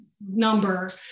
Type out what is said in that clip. number